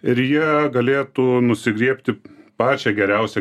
ir jie galėtų nusigriebti pačią geriausi